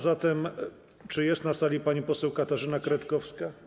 Zatem czy jest na sali pani poseł Katarzyna Kretkowska?